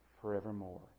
forevermore